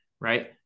right